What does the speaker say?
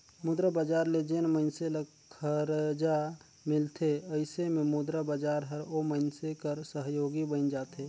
मुद्रा बजार ले जेन मइनसे ल खरजा मिलथे अइसे में मुद्रा बजार हर ओ मइनसे कर सहयोगी बइन जाथे